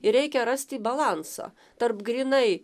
ir reikia rasti balansą tarp grynai